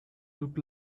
look